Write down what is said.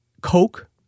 coke